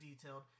detailed